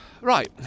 Right